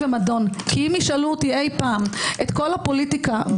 ומדון כי אם ישאלו אותי אי פעם את כל הפוליטיקה,